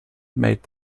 made